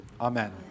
amen